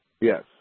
Yes